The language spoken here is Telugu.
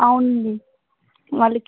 అవునండి వాళ్ళకి